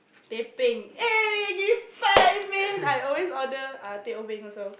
teh bing eh give five man I always order uh teh O bing also